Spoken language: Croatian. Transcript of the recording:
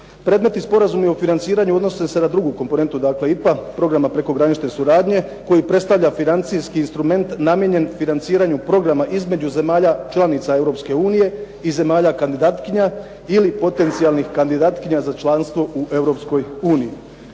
Predmetni Sporazum je u financiranju odnosi se na drugu komponentu IPA Programa prekogranične suradnje koji predstavlja financijski instrument namijenjen financiranju programa između zemalja članica Europske unije i zemalja kandidatkinja ili potencijalnih kandidatkinja za članstvo u